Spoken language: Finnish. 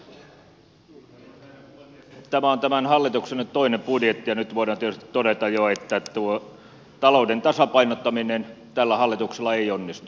tämä on nyt tämän hallituksen toinen budjetti ja nyt voidaan tietysti todeta jo että tuo talouden tasapainottaminen tällä hallituksella ei onnistu